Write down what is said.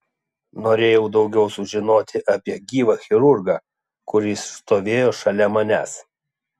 norėjau daugiau sužinoti apie gyvą chirurgą kuris stovėjo šalia manęs